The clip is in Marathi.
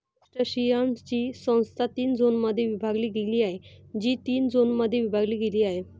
क्रस्टेशियन्सची संस्था तीन झोनमध्ये विभागली गेली आहे, जी तीन झोनमध्ये विभागली गेली आहे